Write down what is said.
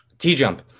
T-Jump